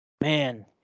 Man